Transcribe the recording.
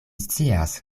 scias